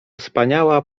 wspaniała